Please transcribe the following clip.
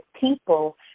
people